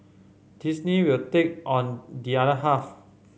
Disney will take on the other half